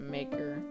Maker